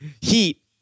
Heat